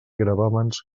gravàmens